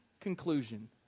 conclusion